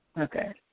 Okay